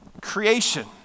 Creation